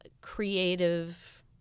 creative